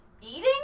Eating